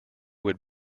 would